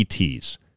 ETs